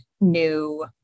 new